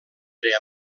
era